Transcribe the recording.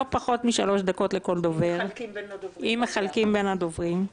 לא פחות מ-3 דקות לכל דובר אם מחלקים בין הדוברים.